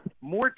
more